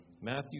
Matthew